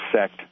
sect